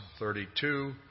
32